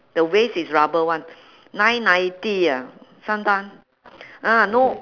the waist is rubber [one] nine ninety ah sometime ah no